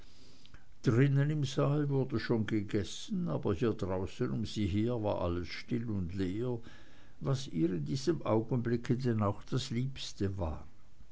drinnen im saal wurde schon gegessen aber hier draußen um sie her war alles still und leer was ihr in diesem augenblick denn auch das liebste war